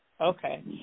Okay